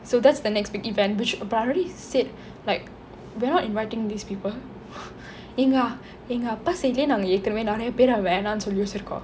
so that's the next big event which I already said we are not inviting these people எங்க அப்பா:enga appa side லேயே நாங்க ஏற்கனவே நெறைய பேறே வேணாம்னு சொல்லி வச்சிருக்கோ:leye naanga yerkanave neraiya pere venaamnu solli vachirukkom